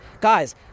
guys